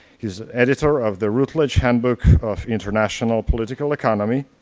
he's the editor of the routledge handbook of international political economy,